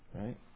right